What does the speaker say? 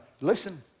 listen